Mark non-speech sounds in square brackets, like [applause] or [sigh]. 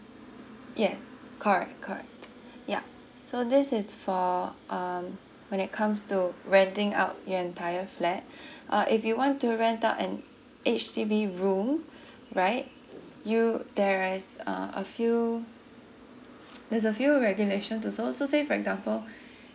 yes correct correct ya so this is for um when it comes to renting out your entire flat [breath] uh if you want to rent out an H_D_B room [breath] right you there is uh a few there's a few regulations also so say for example